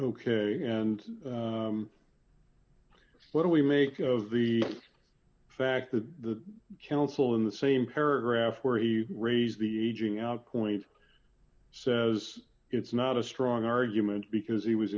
ok and what do you make of the fact that the counsel in the same paragraph where he raised the aging out point says it's not a strong argument because he was